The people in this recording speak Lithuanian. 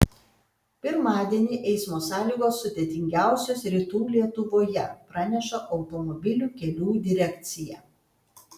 pirmadienį eismo sąlygos sudėtingiausios rytų lietuvoje praneša automobilių kelių direkcija